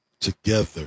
Together